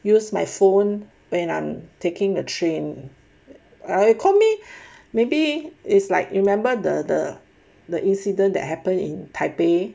use my phone when I'm taking a train I call me maybe is like you remember the the the incident that happen in taipei